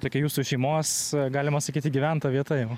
tokia jūsų šeimos galima sakyti gyventa vieta jau